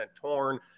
torn